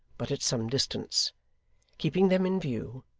but at some distance keeping them in view,